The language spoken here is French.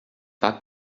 pas